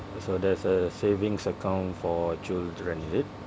so that's a savings account for children is it